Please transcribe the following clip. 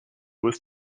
was